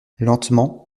lentement